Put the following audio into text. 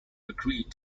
agreed